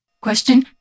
Question